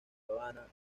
habana